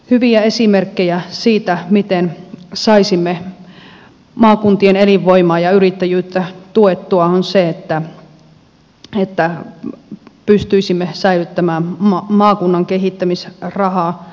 hyviä esimerkkejä siitä miten saisimme maakuntien elinvoimaa ja yrittäjyyttä tuettua on se että pystyisimme säilyttämään maakunnan kehittämisrahaa